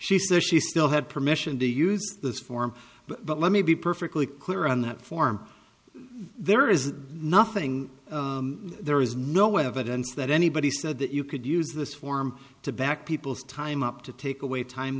she says she still had permission to use this form but let me be perfectly clear on that form there is nothing there is no evidence that anybody said that you could use this form to back people's time up to take away time